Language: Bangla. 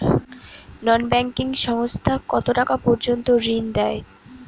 নন ব্যাঙ্কিং সংস্থা কতটাকা পর্যন্ত ঋণ দেয়?